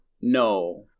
no